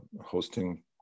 hosting